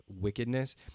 wickedness